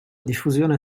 diffusione